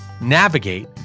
navigate